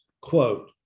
Quote